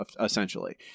essentially